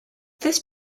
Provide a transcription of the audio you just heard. this